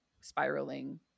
spiraling